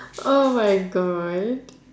oh my god